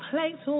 place